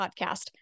Podcast